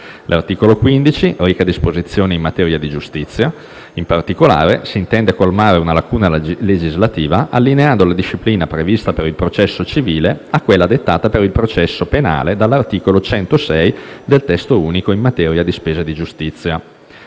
L'articolo 15 reca disposizioni in materia di giustizia. In particolare, s'intende colmare una lacuna legislativa, allineando la disciplina prevista per il processo civile a quella dettata per il processo penale dall'articolo 106 del testo unico in materia di spese di giustizia.